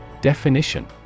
Definition